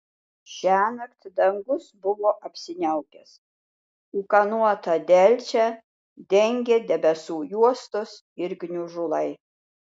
šiąnakt dangus buvo apsiniaukęs ūkanotą delčią dengė debesų juostos ir gniužulai